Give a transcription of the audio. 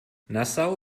nassau